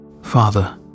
Father